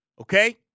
Okay